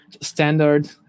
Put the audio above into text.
standard